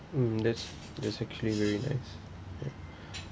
mm that's that's actually very nice